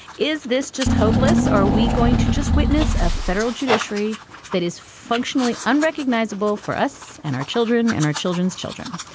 is this just hopeless. are we going to just witness a federal judiciary that is functionally unrecognizable for us and our children and our children's children.